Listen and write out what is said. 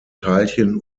teilchen